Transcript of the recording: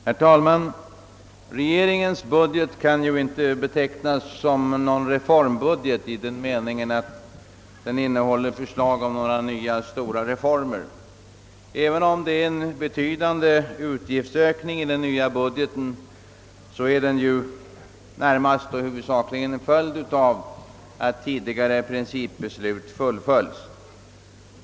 Herr talman! Regeringens budget kan inte betecknas som någon reformbudget i den meningen att den innehåller förslag om några nya, stora reformer. Då den nya budgeten innebär en betydande utgiftsökning är detta huvudsakligen en följd av att tidigare principbeslut fullföljs.